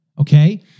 okay